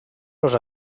los